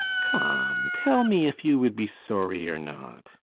come, tell me if you would be sorry or not.